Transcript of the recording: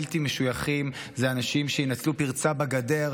בלתי משויכים הם אנשים שינצלו פרצה בגדר,